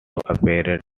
appeared